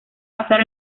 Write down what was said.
pasar